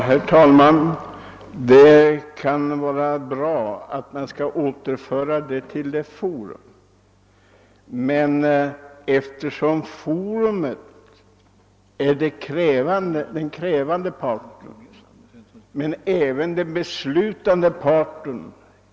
Herr talman! Det är nog bra att säga att frågan skall återföras till rätt forum. Men det är ju just där som den krävande parten i detta fall också är den beslutande parten.